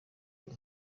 huye